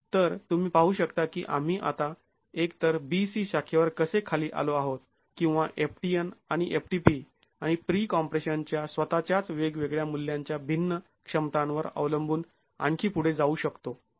तर तुम्ही पाहू शकता की आम्ही आता एक तर bc शाखेवर कसे खाली आलो आहोत किंवा ftn आणि ftp आणि प्रीकॉम्प्रेशन च्या स्वतःच्याच वेगवेगळ्या मूल्यांच्या भिन्न क्षमतांवर अवलंबून आणखी पुढे जाऊ शकतो